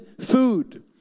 food